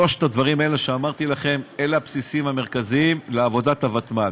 שלושת הדברים האלה שאמרתי לכם אלה הבסיסים המרכזיים לעבודת הוותמ"ל.